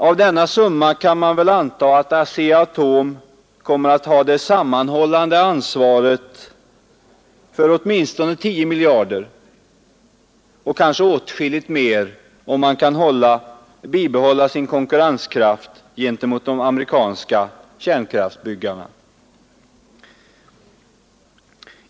Av denna 141 summa kan man anta att ASEA-Atom kommer att ha det sammanhållande ansvaret för åtminstone 10 miljarder, och kanske åtskilligt mer om man kan bibehålla sin konkurrenskraft gentemot de amerikanska kärnkraftsbyggarna.